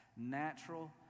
natural